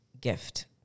gift